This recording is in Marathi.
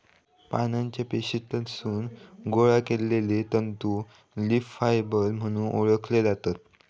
पानांच्या पेशीतसून गोळा केलले तंतू लीफ फायबर म्हणून ओळखले जातत